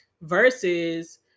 versus